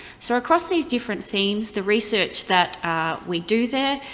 so across these different themes, the research that we do there,